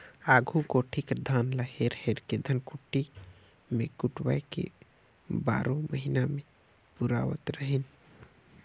आघु कोठी कर धान ल हेर हेर के धनकुट्टी मे कुटवाए के बारो महिना ले पुरावत रहिन